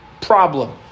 problem